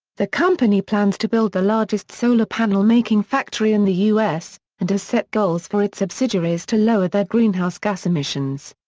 the company plans to build the largest solar-panel-making factory in the u s, and has set goals for its subsidiaries to lower their greenhouse gas emissions.